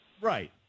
Right